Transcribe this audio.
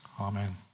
Amen